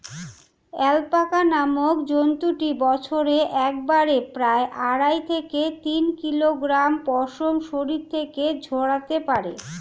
alpaca নামক জন্তুটি বছরে একবারে প্রায় আড়াই থেকে তিন কিলোগ্রাম পশম শরীর থেকে ঝরাতে পারে